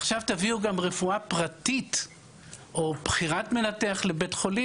עכשיו תביאו גם רפואה פרטית או בחירת מנתח לבית חולים,